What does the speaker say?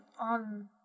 on